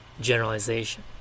generalization